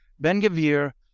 Ben-Gavir